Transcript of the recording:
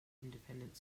independent